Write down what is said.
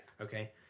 Okay